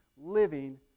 living